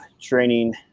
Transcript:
training